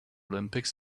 olympics